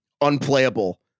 unplayable